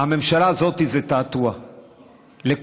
הממשלה הזאת זה תעתוע לכולם.